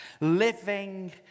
living